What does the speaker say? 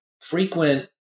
frequent